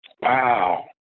wow